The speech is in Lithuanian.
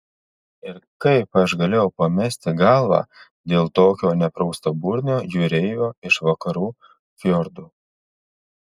ir kaip aš galėjau pamesti galvą dėl tokio nepraustaburnio jūreivio iš vakarų fjordų